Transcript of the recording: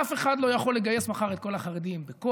אף אחד לא יכול לגייס מחר את כל החברים בכוח,